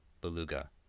beluga